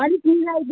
अलिक मिलाइदिनु